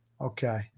Okay